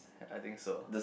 I think so